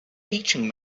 teaching